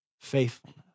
faithfulness